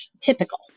typical